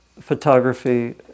photography